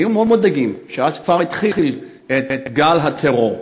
הם היו מאוד מודאגים, כי אז כבר התחיל גל הטרור.